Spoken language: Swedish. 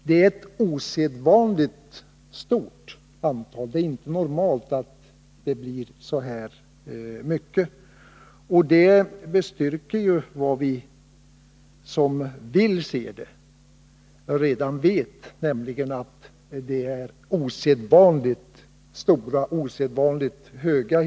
Det är inte normalt med så många, vilket bestyrker vad vi redan vet, nämligen att de hyreskrav som har kommit nu är osedvanligt höga.